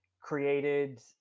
created